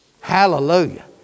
Hallelujah